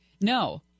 no